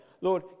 Lord